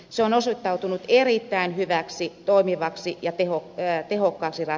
se on osoittautunut erittäin hyväksi toimivaksi ja tehokkaaksi ratkaisuksi